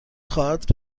خواهد